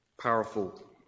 powerful